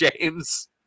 James